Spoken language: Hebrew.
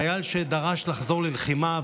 חייל שדרש לחזור ללחימה.